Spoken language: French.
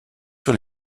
sur